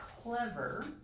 clever